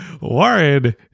Warren